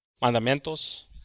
mandamientos